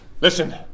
Listen